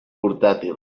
portàtils